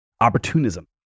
Opportunism